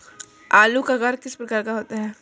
आलू का आकार किस प्रकार का होता है?